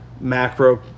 macro